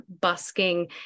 busking